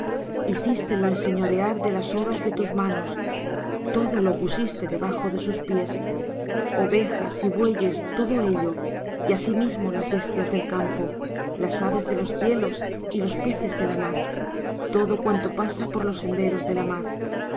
lustre hicístelo enseñorear de las obras de tus manos todo lo pusiste debajo de sus pies ovejas y bueyes todo ello y asimismo las bestias del campo las aves de los cielos y los peces de la mar todo cuanto pasa por los senderos de la mar oh